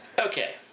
Okay